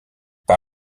par